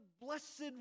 blessed